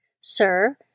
Sir